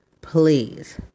Please